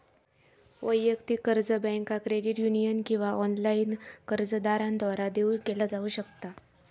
वैयक्तिक कर्ज बँका, क्रेडिट युनियन किंवा ऑनलाइन कर्जदारांद्वारा देऊ केला जाऊ शकता